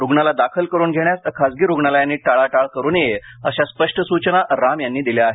रुग्णाला दाखल करुन घेण्यास खाजगी रुग्णालयानी टाळाटाळ करु नये अशा स्पष्ट सूचना राम यांनी दिल्या आहेत